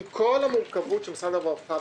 עם כל המורכבות של משרד הרווחה,